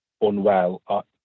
unwell